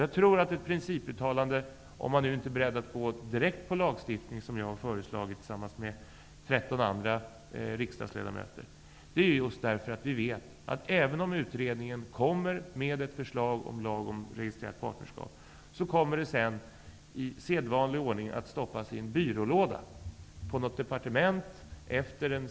Jag tror att ett principuttalande, om man nu inte är beredd att gå direkt på lagstiftning, som jag har föreslagit tillsammans med 13 andra riksdagsledamöter, kan vara av värde just därför att vi vet att även om utredningen kommer med ett förslag om lag om registrerat partnerskap, kommer det sedan efter sedvanlig remissbehandling att liksom tidigare stoppas i en byrålåda på något departement.